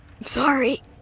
Sorry